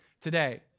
today